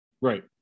Right